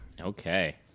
Okay